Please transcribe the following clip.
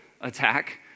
attack